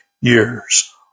years